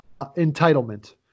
entitlement